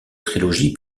trilogie